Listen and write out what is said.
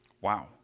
Wow